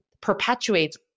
perpetuates